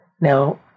Now